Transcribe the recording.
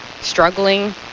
struggling